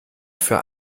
für